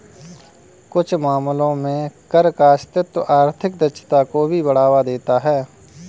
कुछ मामलों में कर का अस्तित्व आर्थिक दक्षता को भी बढ़ावा देता है